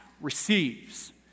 receives